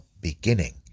beginning